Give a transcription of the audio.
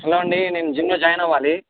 hello అండి నేను జిమ్లో జాయిన్ అవ్వాలి